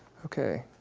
okay,